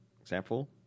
Example